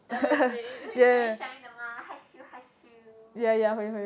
oh is it 会 shy 的吗害羞害羞:hui shy de ma hai xiu hai xiu